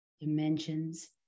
dimensions